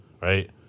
right